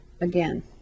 again